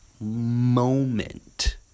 moment